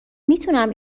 میتونم